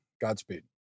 Godspeed